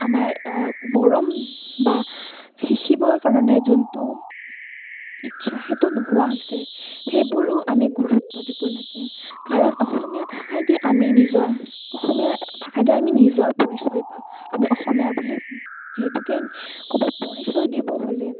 আমাৰ মৰম বা শিকিবৰ কাৰণে যোনটো ইচ্ছা সেইটো নোহোৱা হৈছে সেইবোৰো আমি গুৰুত্ব দিব লাগে কাৰণ অসমীয়া ভাষাইদি আমি নিজৰ অসমীয়া ভাষাইদি আমি নিজৰ পৰিচয় পাওঁ আমি অসমীয়া বুলি যিহেতুকে ক'ৰবাত পৰিচয় দিবলৈ হ'লে